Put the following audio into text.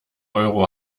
euro